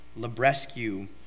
Labrescu